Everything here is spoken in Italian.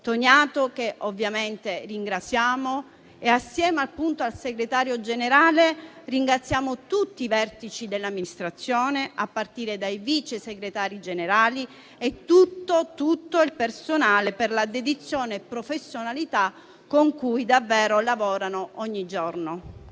Toniato, che ovviamente ringraziamo; e insieme al Segretario Generale ringraziamo tutti i vertici dell'Amministrazione, a partire dai Vice Segretari Generali a tutto il personale, per la dedizione e professionalità con cui davvero lavorano ogni giorno.